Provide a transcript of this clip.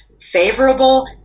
favorable